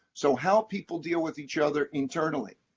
so how people deal with each other internally.